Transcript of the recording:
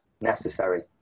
necessary